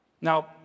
Now